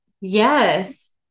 yes